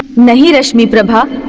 rashmi prabha.